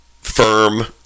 firm